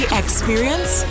experience